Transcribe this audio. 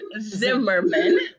zimmerman